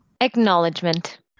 acknowledgement